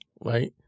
right